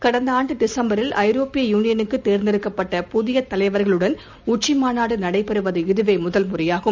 கடந்தஆண்டு டிசம்பரில் ஐரோப்பிய யூளியலுக்குத் தேர்ந்தெடுக்கப்பட்ட புதியதலைவர்களுடன் உச்சிமாநாடுநடைபெறுவது இதுவேமுதல் முறையாகும்